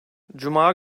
cuma